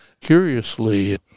Curiously